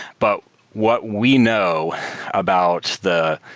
but what we know about the,